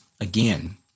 Again